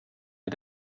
wir